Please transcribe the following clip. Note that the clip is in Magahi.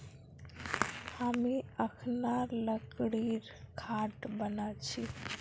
हामी अखना लकड़ीर खाट बना छि